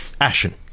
Ashen